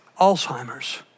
Alzheimer's